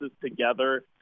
together